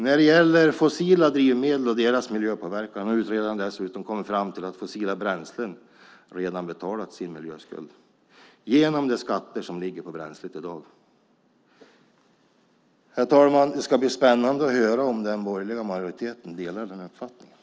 När det gäller fossila drivmedel och deras miljöpåverkan har utredaren dessutom kommit fram till att fossila bränslen redan betalat sin miljöskuld genom de skatter som ligger på bränslet i dag. Herr talman! Det ska bli spännande att höra om den borgerliga majoriteten delar den uppfattningen.